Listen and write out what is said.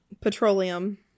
petroleum